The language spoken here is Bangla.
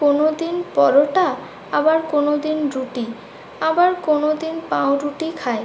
কোনোদিন পরোটা আবার কোনোদিন রুটি আবার কোনোদিন পাউরুটি খাই